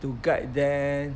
the guide them